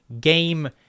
game